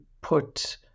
put